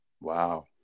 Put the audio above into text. Wow